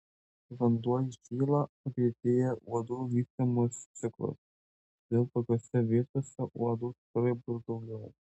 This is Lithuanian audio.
kai vanduo įšyla pagreitėja uodų vystymosi ciklas todėl tokiose vietose uodų tikrai bus daugiau